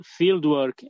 fieldwork